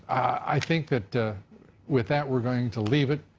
i think that with that, we're going to leave it.